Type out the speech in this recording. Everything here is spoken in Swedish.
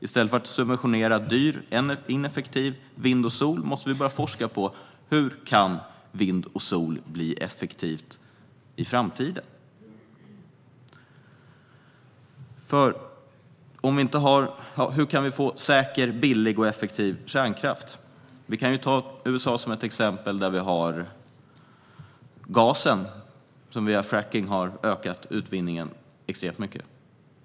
I stället för att subventionera dyr och ineffektiv vind och solkraft måste vi börja forska på hur vind och solkraft kan bli effektivt i framtiden. Vi måste också forska om hur vi kan få säker, billig och effektiv kärnkraft. I USA har man via frackning ökat utvinningen av gas extremt mycket.